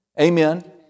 Amen